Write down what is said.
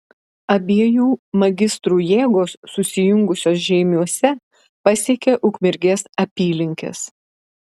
abiejų magistrų jėgos susijungusios žeimiuose pasiekė ukmergės apylinkes